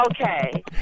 Okay